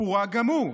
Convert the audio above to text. פורק גם הוא,